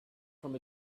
from